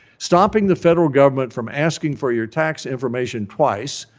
stopping the federal government from asking for your tax information twice,